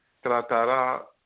tratará